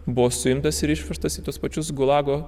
buvo suimtas ir išvežtas į tuos pačius gulago